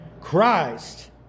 Christ